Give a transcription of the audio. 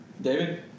David